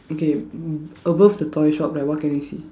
okay mm above the toy shop right what can you see